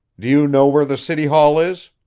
do you know where the city hall is?